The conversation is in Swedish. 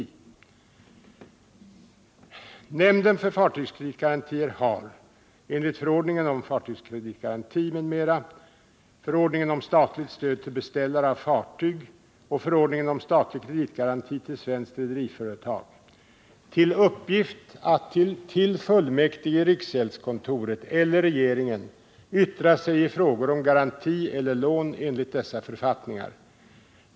Nämnden för fartygskreditgarantier har, enligt förordningen om fartygskreditgaranti m.m., förordningen om statligt stöd till beställare av fartyg och förordningen om statlig kreditgaranti till svenskt rederiföretag, till uppgift att till fullmäktige i riksgäldskontoret eller regeringen yttra sig i frågor om garanti eller lån enligt dessa författningar.